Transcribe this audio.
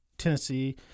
tennessee